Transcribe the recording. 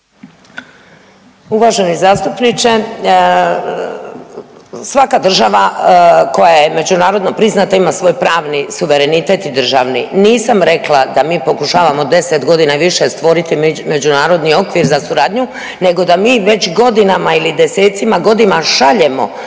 Uvaženi zastupniče svaka država koja je međunarodno priznata ima svoj pravni suverenitet i državni. Nisam rekla da mi pokušavamo 10 godina i više stvoriti međunarodni okvir za suradnju nego da mi već godinama ili desecima godina šaljemo